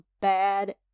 bad